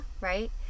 right